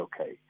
okay